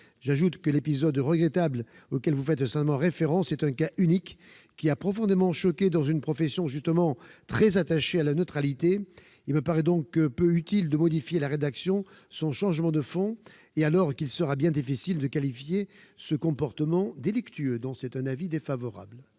J'ajoute que l'épisode regrettable auquel vous faites certainement référence est un cas unique, qui a profondément choqué dans une profession justement très attachée à la neutralité. Il me paraît donc peu utile de modifier la rédaction du texte, sans changement sur le fond, d'autant qu'il sera bien difficile de qualifier ce comportement délictueux. La commission émet donc un avis défavorable.